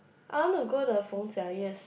I want to go the Feng Jia 夜市